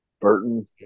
Burton